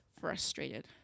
frustrated